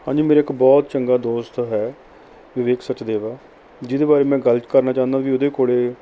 ਹਾਂਜੀ ਮੇਰਾ ਇੱਕ ਬਹੁਤ ਚੰਗਾ ਦੋਸਤ ਹੈ ਵਿਵੇਕ ਸਚਦੇਵਾ ਜਿਹਦੇ ਬਾਰੇ ਮੈਂ ਗੱਲ ਕਰਨਾ ਚਾਹੁੰਦਾ ਵੀ ਉਹਦੇ ਕੋਲ